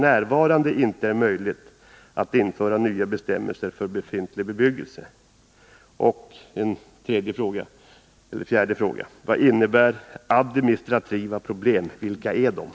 n. inte är möjligt att införa nya bestämmelser för befintlig bebyggelse”? Ytterligare en fråga: Vad innebär ”administrativa problem”, och vilka är dessa?